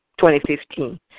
2015